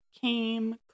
came